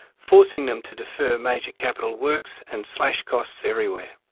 forcing them to defer major capital works and slash costs everywhere.